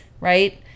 Right